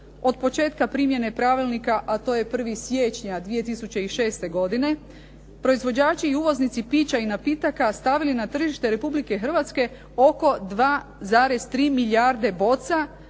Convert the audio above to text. od početka primjene pravilnika a to je 1. siječnja 2006. godine proizvođači i uvoznici pića i napitaka stavili na tržište Republike Hrvatske oko 2,3 milijarde boca